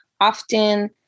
often